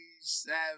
Seven